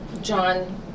John